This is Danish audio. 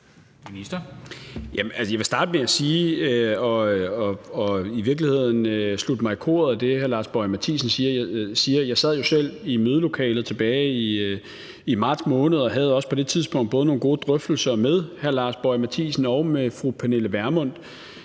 i virkeligheden at tilslutte mig koret i forhold til det, hr. Lars Boje Mathiesen siger. Jeg sad jo selv i mødelokalet tilbage i marts måned og havde også på det tidspunkt nogle gode drøftelser med både hr. Lars Boje Mathiesen og med fru Pernille Vermund,